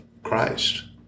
Christ